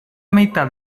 meitat